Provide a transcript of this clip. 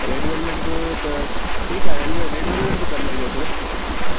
red velvet बि त ठीकु आहे रेल्वे रेड वेल्वेट बि करे लहिजो हिकिड़ो